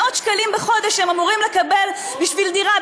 מאות שקלים בחודש הם אמורים לקבל בשביל דירה,